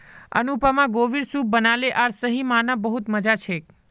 अनुपमा गोभीर सूप बनाले आर सही म न बहुत मजा छेक